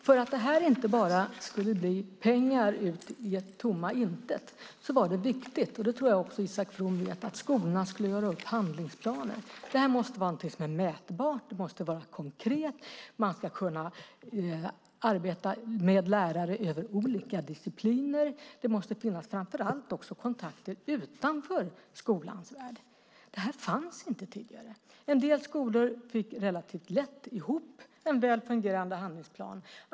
För att det här inte bara skulle bli pengar ut i tomma intet var det viktigt, och det tror jag också att Isak From vet, att skolorna skulle göra upp handlingsplaner. Det måste vara något som är mätbart, det måste vara konkret, man ska kunna arbeta med lärare över olika discipliner och det måste framför allt finnas kontakter utanför skolans värld. Det här fanns inte tidigare. En del skolor fick relativt lätt ihop en väl fungerande handlingsplan.